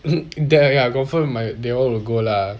ya ya confirm my they all will go lah